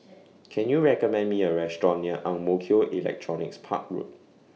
Can YOU recommend Me A Restaurant near Ang Mo Kio Electronics Park Road